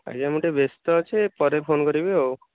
ଆଜ୍ଞା ମୁଁ ଟିକେ ବ୍ୟସ୍ତ ଅଛି ପରେ ଫୋନ୍ କରିବି ଆଉ